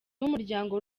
w’umuryango